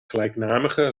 gelijknamige